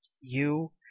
You